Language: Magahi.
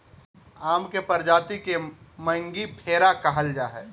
आम के प्रजाति के मेंगीफेरा कहल जाय हइ